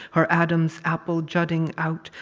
her adam's apple jutting out,